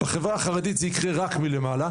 אבל בחברה החרדית זה יקרה רק מלמעלה,